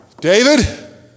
David